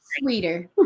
sweeter